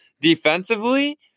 defensively